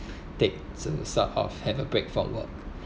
take to sort of have a break from work